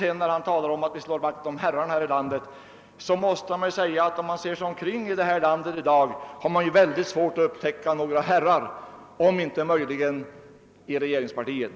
Herr Nilsson i Kalmar påstår vidare att jag slår vakt om herrarna. Om man ser sig omkring i detta land i dag har man väldigt svårt att upptäcka några herrar — annat än möjligen i regeringspartiet.